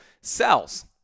cells